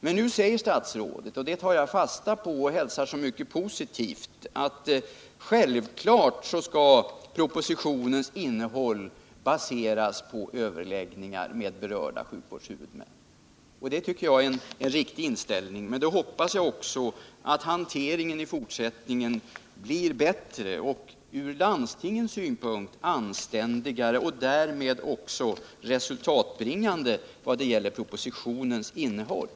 Men nu säger statsrådet — och det tar jag fasta på och hälsar som mycket positivt — att propositionens innehåll självfallet skall baseras på överläggningar med berörda sjukvårdshuvudmän. Det tycker jag är en riktig inställning, men då hoppas jag också att hanteringen i fortsättningen blir bättre och ur landstingens synpunkt anständigare och därmed också resultatbringande vad det gäller propositionens innehåll.